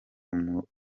umurambo